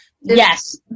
Yes